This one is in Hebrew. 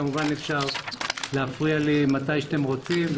כמובן אפשר להפריע לי מתי שאתם רוצים.